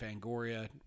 Fangoria